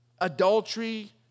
Adultery